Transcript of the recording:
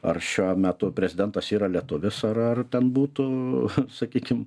ar šiuo metu prezidentas yra lietuvis ar ar ten būtų sakykim